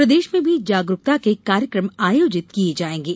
प्रदेश में भी जागरूकता के कार्यक्रम आयोजित किये जायेंगे